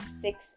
six